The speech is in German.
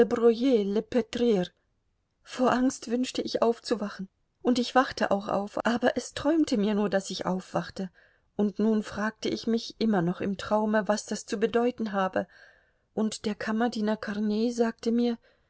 vor angst wünschte ich aufzuwachen und ich wachte auch auf aber es träumte mir nur daß ich aufwachte und nun fragte ich mich immer noch im traume was das zu bedeuten habe und der kammerdiener kornei sagte mir